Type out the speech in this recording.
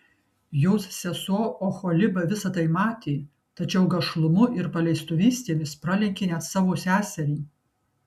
jos sesuo oholiba visa tai matė tačiau gašlumu ir paleistuvystėmis pralenkė net savo seserį